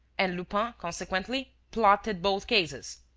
and lupin, consequently, plotted both cases?